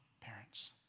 parents